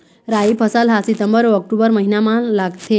राई फसल हा सितंबर अऊ अक्टूबर महीना मा लगथे